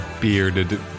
bearded